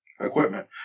equipment